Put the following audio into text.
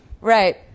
Right